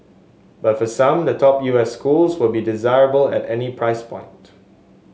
but for some the top U S schools will be desirable at any price point